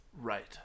right